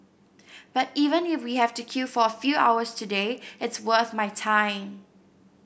but even if we have to queue for a few hours today it's worth my time